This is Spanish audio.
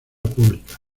pública